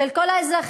של כל האזרחים,